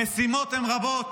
המשימות הן רבות,